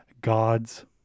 God's